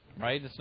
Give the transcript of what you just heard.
right